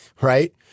right